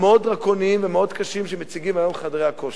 המאוד-דרקוניים ומאוד קשים שמציגים היום חדרי הכושר.